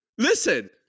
Listen